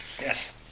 Yes